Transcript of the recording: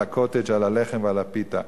על ה"קוטג'", על הלחם ועל הפיתה.